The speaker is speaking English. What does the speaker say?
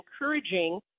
encouraging